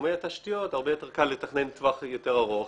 בתחומי התשתיות הרבה יותר קל לתכנן לטווח יותר ארוך,